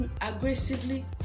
aggressively